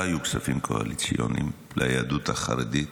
לא היו כספים קואליציוניים ליהדות החרדית,